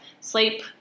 sleep